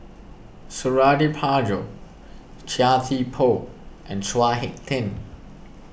Suradi Parjo Chia Thye Poh and Chao Hick Tin